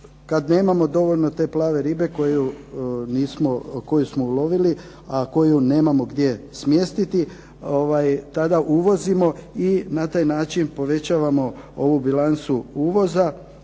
kad nemamo dovoljno te plave ribe koju smo ulovili, a koju nemamo gdje smjestiti tada uvozimo i na taj način povećavamo ovu bilancu uvoza